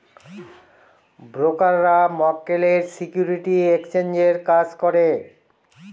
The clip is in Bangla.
ব্রোকাররা মক্কেলের সিকিউরিটি এক্সচেঞ্জের কাজ করে